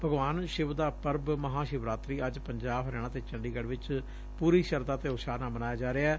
ਭਗਵਾਨ ਸ਼ਿਵ ਦਾ ਪਰਬ ਮਹਾਂਸ਼ਿਵਰਾਤਰੀ ਅੱਜ ਪੰਜਾਬ ਹਰਿਆਣਾ ਤੇ ਚੰਡੀਗੜ ਵਿਚ ਪੁਰੀ ਸ਼ਰਧਾ ਤੇ ਉਤਸ਼ਾਹ ਨਾਲ ਮਨਾਇਆ ਜਾ ਰਿਹੈ